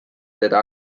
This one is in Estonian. teda